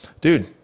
dude